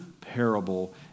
parable